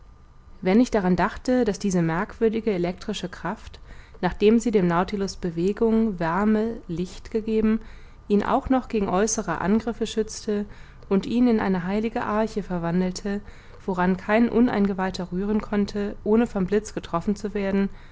wenn ich daran dachte daß diese merkwürdige elektrische kraft nachdem sie dem nautilus bewegung wärme licht gegeben ihn auch noch gegen äußere angriffe schützte und ihn in eine heilige arche verwandelte woran kein uneingeweihter rühren konnte ohne vom blitz getroffen zu werden